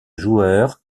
joueur